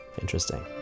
Interesting